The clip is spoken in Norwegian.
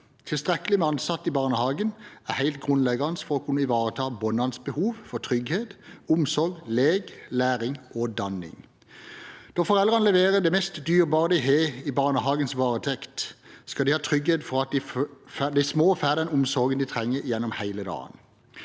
Tilstrekkelig med ansatte i barnehagen er helt grunnleggende for å kunne ivareta barnas behov for trygghet, omsorg, lek, læring og danning. Når foreldrene leverer det mest dyrebare de har i barnehagens varetekt, skal de ha trygghet for at de små får den omsorgen de trenger gjennom hele dagen.